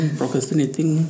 procrastinating